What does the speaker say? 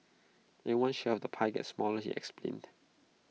everyone's share the pie gets smaller he explained